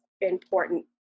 important